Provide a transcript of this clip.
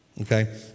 okay